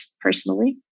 personally